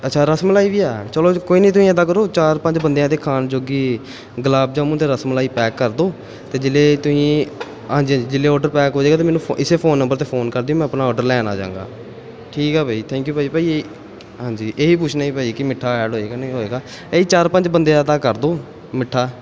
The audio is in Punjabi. ਅੱਛਾ ਰਸਮਲਾਈ ਵੀ ਆ ਚਲੋ ਕੋਈ ਨਹੀਂ ਤੁਸੀਂ ਇੱਦਾਂ ਕਰੋ ਚਾਰ ਪੰਜ ਬੰਦਿਆਂ ਦੇ ਖਾਣ ਜੋਗੀ ਗੁਲਾਬ ਜਾਮੁਨ ਅਤੇ ਰਸਮਲਾਈ ਪੈਕ ਕਰ ਦਿਓ ਅਤੇ ਜਿਸ ਵੇਲੇ ਤੁਸੀਂ ਆ ਹਾਂਜੀ ਹਾਂਜੀ ਜਿਸ ਵੇਲੇ ਔਡਰ ਪੈਕ ਹੋ ਜਾਵੇਗਾ ਤਾਂ ਮੈਨੂੰ ਫੋ ਇਸੇ ਫ਼ੋਨ ਨੰਬਰ 'ਤੇ ਫ਼ੋਨ ਕਰ ਦਿਓ ਮੈਂ ਆਪਣਾ ਔਡਰ ਲੈਣ ਆ ਜਾਵਾਂਗਾ ਠੀਕ ਆ ਭਾਅ ਜੀ ਥੈਂਕ ਯੂ ਭਾਅ ਜੀ ਭਾਅ ਜੀ ਹਾਂਜੀ ਇਹ ਹੀ ਪੁੱਛਣਾ ਸੀ ਭਾਅ ਜੀ ਕਿ ਮਿੱਠਾ ਐਡ ਹੋ ਜਾਵੇਗਾ ਨਹੀਂ ਹੋਵੇਗਾ ਇਹ ਜੀ ਚਾਰ ਪੰਜ ਬੰਦਿਆਂ ਦਾ ਕਰ ਦਿਓ ਮਿੱਠਾ